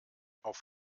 auf